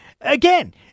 again